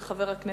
של חבר הכנסת